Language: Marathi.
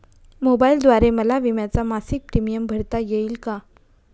मोबाईलद्वारे मला विम्याचा मासिक प्रीमियम भरता येईल का?